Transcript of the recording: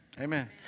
Amen